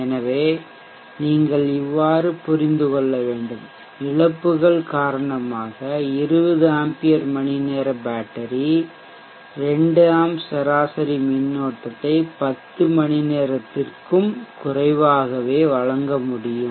எனவே நீங்கள் இவ்வாறு புரிந்து கொள்ள வேண்டும் இழப்புகள் காரணமாக 20 ஆம்பியர் மணிநேர பேட்டரி 2 ஆம்ப் சராசரி மின்னோட்டத்தை 10 மணி நேரத்திற்கும் குறைவாகவே வழங்க முடியும்